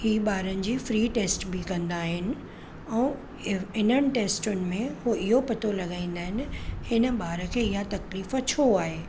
इहे ॿारनि जी फ्री टेस्ट बि कंदा आहिनि अऊं इन्हनि टेस्टनि में हो इहो पतो लॻाईंदा आहिनि हिन ॿार खे इहा तकलीफ़ छो आहे